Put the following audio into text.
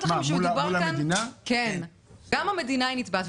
גם המדינה נתבעת.